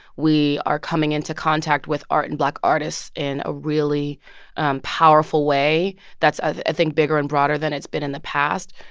we are coming into contact with art and black artists in a really powerful way that's, i ah think, bigger and broader than it's been in the past.